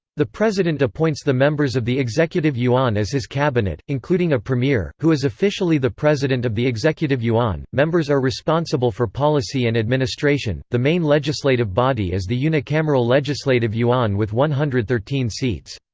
the president appoints the members of the executive yuan as his cabinet, including a premier, who is officially the president of the executive yuan members are responsible for policy and administration the main legislative body is the unicameral legislative yuan with one hundred thirteen seats.